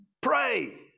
pray